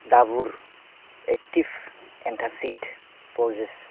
Dabur active antacid ब'रजिस